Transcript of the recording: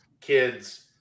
kids